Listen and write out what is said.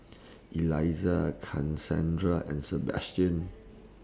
Elisa Kassandra and Sebastian